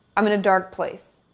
um in a dark place.